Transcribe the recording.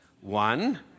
One